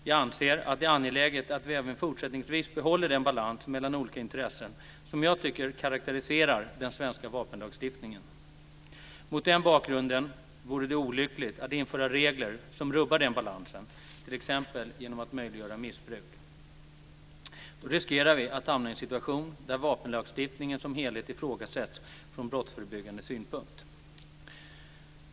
Jag anser att det är angeläget att vi även fortsättningsvis behåller den balans mellan olika intressen som jag tycker karakteriserar den svenska vapenlagstiftningen. Mot den bakgrunden vore det olyckligt att införa regler som rubbar den balansen, t.ex. genom att möjliggöra missbruk. Då riskerar vi att hamna i en situation där vapenlagstiftningen som helhet ifrågasätts från brottsförebyggande synpunkt.